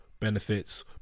Benefits